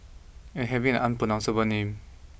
and having an unpronounceable name